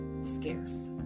scarce